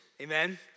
Amen